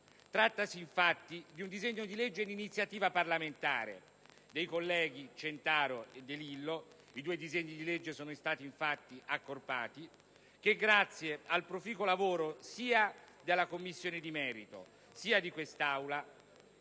Trattasi infatti di un disegno di legge d'iniziativa parlamentare dei colleghi Centaro e De Lillo (i due disegni di legge sono stati accorpati), che grazie al proficuo lavoro della Commissione di merito e di quest'Aula